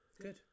Good